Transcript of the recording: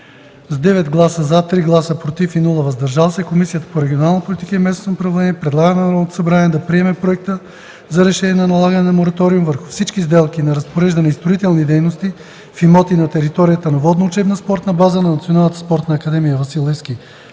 с 9 гласа „за”, 3 гласа „против” и без „въздържали се”, Комисията по регионална политика и местно самоуправление предлага на Народното събрание да приеме Проект за решение за налагане на мораториум върху всички сделки на разпореждане и строителни дейности в имоти на територията на Водна учебна спортна база на Националната спортна академия „Васил Левски”